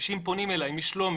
אנשים פונים אליי משלומי,